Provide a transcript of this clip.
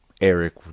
Eric